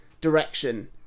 direction